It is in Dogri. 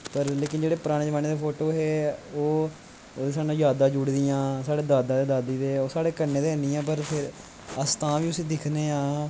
पर लेकिन जेह्के पराने जमाने दे फोटो हे ओह् साढ़ी जादां जुड़ी दियां दादा दे दादी दे लाढ़े कन्नै ते नी ऐ पर अस तां बी उसी दिक्खनें आं